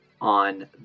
on